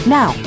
Now